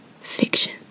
fiction